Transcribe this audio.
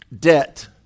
Debt